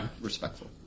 Respectful